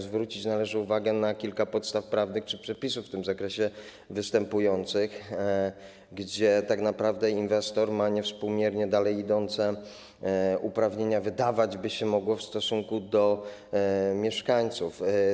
Zwrócić należy uwagę na kilka podstaw prawnych czy przepisów w tym zakresie występujących, gdzie tak naprawdę inwestor ma niewspółmiernie dalej idące uprawnienia, wydawać by się mogło, w stosunku do mieszkańców.